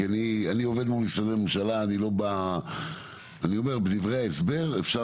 כי אני עובד מול משרדי הממשלה בדברי ההסבר אפשר